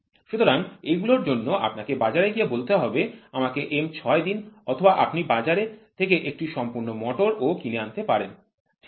সুতরাং এগুলোর জন্য আপনাকে বাজারে গিয়ে বলতে হবে আমাকে M৬ দিন অথবা আপনি বাজার থেকে একটি সম্পূর্ণ মোটর ও কিনে আনতে পারেন ঠিক আছে